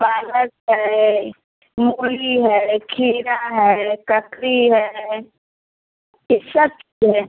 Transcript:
पालक है मूली है खीरा है ककड़ी है यह सब तो है